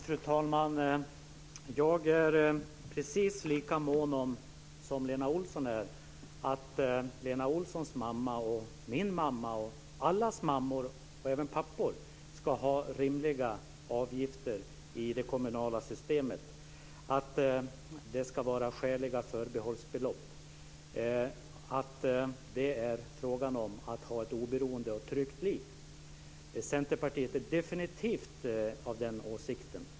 Fru talman! Jag är precis lika mån som Lena Olsson om att hennes mamma och min mamma, liksom allas mammor och även pappor, ska ha rimliga avgifter i det kommunala systemet och om att det ska vara skäliga förbehållsbelopp. Det är fråga om att ha ett oberoende och tryggt liv. Vi i Centerpartiet är definitivt av den åsikten.